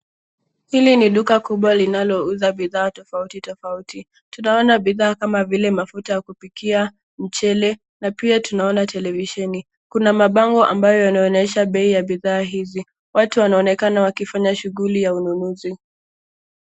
Hili ni duka kubwa linalouza bidhaa tofauti tofauti. Tunaona bidhaa kama vile mafuta ya kupikia, mchele na pia tunaona televisheni. Kuna mabango ambayo yanaonyesha bei ya bidhaa hizi. Watu wanaonekana wakifanya shughuli ya ununuzi.